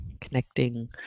connecting